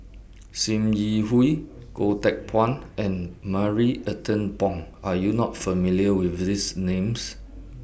SIM Yi Hui Goh Teck Phuan and Marie Ethel Bong Are YOU not familiar with These Names